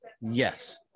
yes